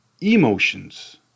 emotions